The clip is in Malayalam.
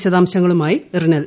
വിശദാംശങ്ങളുമായി റിനൽ